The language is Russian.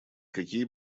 какие